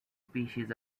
species